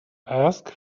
ask